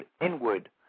inward